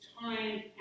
time